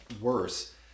worse